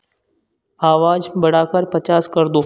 आवाज़ बढ़ाकर पचास कर दो